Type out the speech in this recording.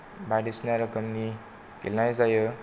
बायदिसिना रोखोमनि गेलेनाय जायो